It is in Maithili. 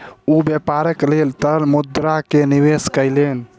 ओ व्यापारक लेल तरल मुद्रा में निवेश कयलैन